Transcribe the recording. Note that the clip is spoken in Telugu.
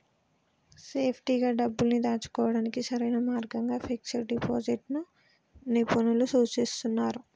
సేఫ్టీగా డబ్బుల్ని దాచుకోడానికి సరైన మార్గంగా ఫిక్స్డ్ డిపాజిట్ ని నిపుణులు సూచిస్తున్నరు